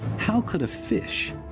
how could a fish